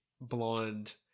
blonde